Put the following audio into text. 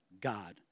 God